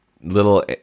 little